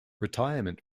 retirement